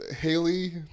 Haley